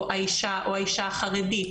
או האישה החרדית,